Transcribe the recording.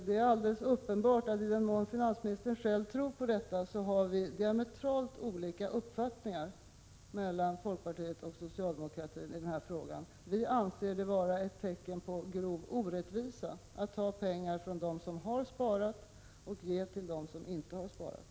Det är alldeles uppenbart att om finansministern själv tror på detta så har vi i folkpartiet och socialdemokraterna diametralt olika uppfattningar i denna fråga. Vi anser det vara ett tecken på grov orättvisa att man tar pengar från dem som har sparat och ger till dem som inte har sparat.